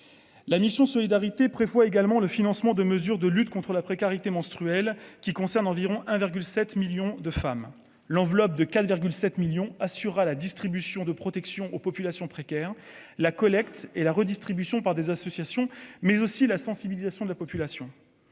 la mission Solidarité prévoit. également le financement de mesures de lutte contre la précarité menstruelle qui concerne environ 1,7 1000000 de femmes l'enveloppe de 4,7 millions assurera la distribution de protection aux populations précaires, la collecte et la redistribution par des associations, mais aussi la sensibilisation de la population,